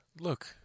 look